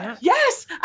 yes